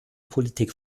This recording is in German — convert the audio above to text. politik